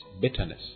bitterness